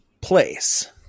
place